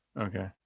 Okay